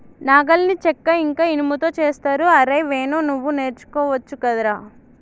నాగలిని చెక్క ఇంక ఇనుముతో చేస్తరు అరేయ్ వేణు నువ్వు నేర్చుకోవచ్చు గదరా